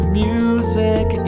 music